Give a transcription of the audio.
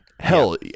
Hell